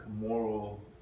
moral